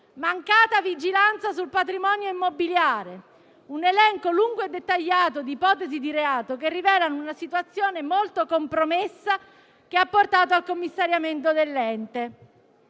mancata vigilanza sul patrimonio immobiliare: un elenco lungo e dettagliato di ipotesi di reato, che rivela una situazione molto compromessa, che ha portato al commissariamento dell'ente.